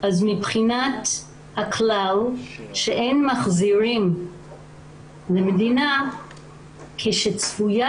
אז מבחינת הכלל שאין מחזירים למדינה כשצפויה